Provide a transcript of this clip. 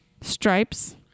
Stripes